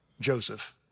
Joseph